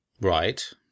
Right